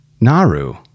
Naru